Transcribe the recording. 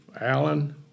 Alan